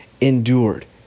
endured